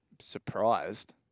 surprised